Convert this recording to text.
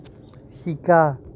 শিকা